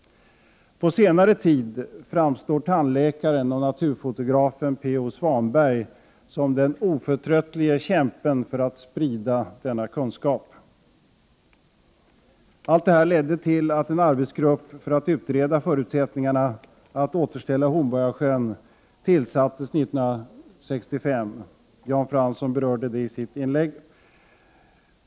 På senare tid framstår tandläkaren och naturfotografen P O Swanberg som den oförtröttlige kämpen för att sprida denna kunskap. Allt detta ledde till att en arbetsgrupp för att utreda förutsättningarna att återställa Hornborgasjön tillsattes 1965 — Jan Fransson berörde detta i sitt inlägg.